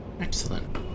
excellent